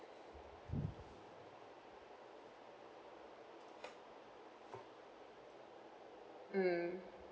mm